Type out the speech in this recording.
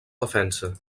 defensa